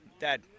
Dad